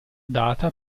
data